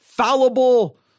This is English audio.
fallible